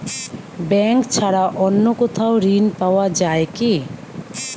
Bank ছাড়া অন্য কোথাও ঋণ পাওয়া যায় কি?